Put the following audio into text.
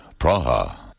Praha